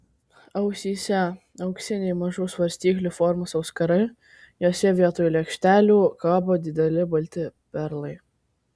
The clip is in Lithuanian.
ausyse auksiniai mažų svarstyklių formos auskarai jose vietoj lėkštelių kabo dideli balti perlai